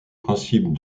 principes